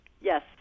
Yes